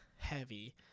heavy